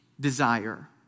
desire